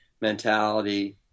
mentality